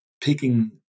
picking